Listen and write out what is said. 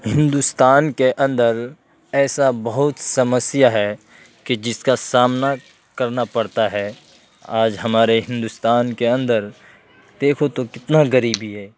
ہندوستان کے اندر ایسا بہت سمسیا ہے کہ جس کا سامنا کرنا پڑتا ہے آج ہمارے ہندوستان کے اندر دیکھو تو کتنا غریبی ہے